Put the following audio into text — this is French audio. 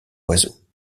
oiseaux